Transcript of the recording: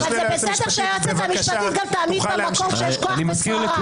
אבל זה בסדר שהיועצת המשפטית גם תעמיד במקום כשיש כוח ושררה.